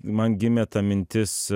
man gimė ta mintis